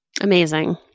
Amazing